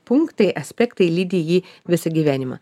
punktai aspektai lydi jį visą gyvenimą